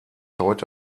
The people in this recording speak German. heute